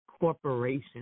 corporation